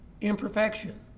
imperfection